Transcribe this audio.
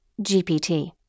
GPT